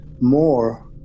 more